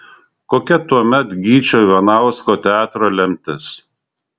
kokia tuomet gyčio ivanausko teatro lemtis